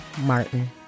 Martin